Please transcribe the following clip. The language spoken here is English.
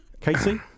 Casey